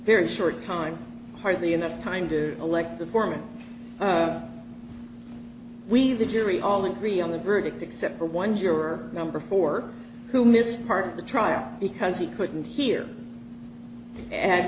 very short time hardly enough time to elect the foreman we the jury all agree on the verdict except for one juror number four who missed part of the trial because he couldn't hear a